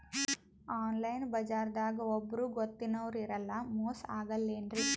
Online ಬಜಾರದಾಗ ಒಬ್ಬರೂ ಗೊತ್ತಿನವ್ರು ಇರಲ್ಲ, ಮೋಸ ಅಗಲ್ಲೆನ್ರಿ?